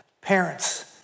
parents